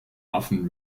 often